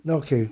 oh okay